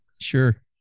Sure